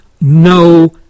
no